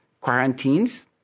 Quarantines